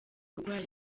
kurwaza